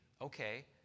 okay